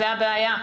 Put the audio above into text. זו הבעיה.